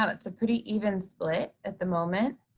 um it's a pretty even split at the moment.